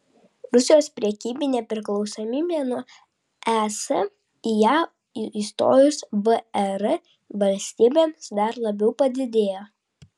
rusijos prekybinė priklausomybė nuo es į ją įstojus vre valstybėms dar labiau padidėjo